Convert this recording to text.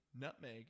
nutmeg